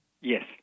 Yes